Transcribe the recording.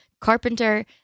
carpenter